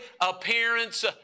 appearance